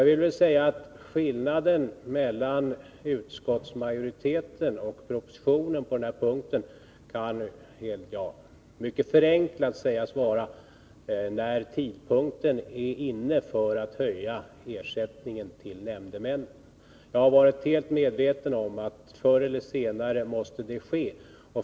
Skillnaden i uppfattning mellan utskottsmajoriteten och propositionen på den här punkten kan mycket förenklat sägas gälla när den rätta tiden för att höja ersättningen till nämndemännen är inne. Jag har varit helt medveten om att förr eller senare måste det ske.